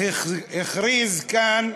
שהכריז כאן,